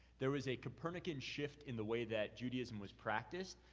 there was a copernican shift in the way that judaism was practiced,